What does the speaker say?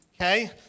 okay